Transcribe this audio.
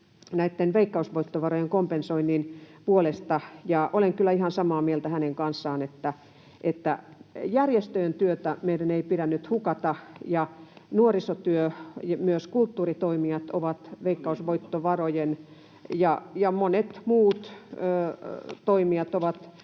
käytti veikkausvoittovarojen kompensoinnin puolesta. Olen kyllä ihan samaa mieltä hänen kanssaan, että järjestöjen työtä meidän ei pidä nyt hukata ja nuorisotyö ja myös kulttuuritoimijat ovat [Arto Satonen: Ja liikunta!] — ja monet muut toimijat —